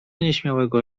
nieśmiałego